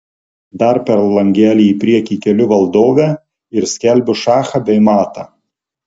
dar per langelį į priekį keliu valdovę ir skelbiu šachą bei matą